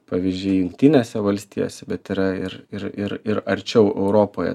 pavyzdžiai jungtinėse valstijose bet yra ir ir ir ir arčiau europoje